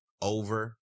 over